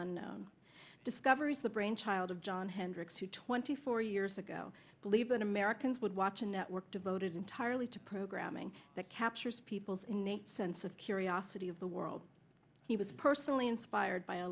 unknown discoveries the brainchild of john hendricks who twenty four years ago believe that americans would watch a network devoted entirely to programming that captures people's innate sense of curiosity of the world he was personally inspired by a